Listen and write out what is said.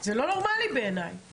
זה לא נורמלי בעיניי,